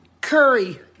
Curry